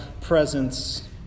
presence